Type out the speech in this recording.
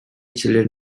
children